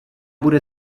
bude